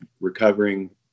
recovering